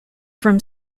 from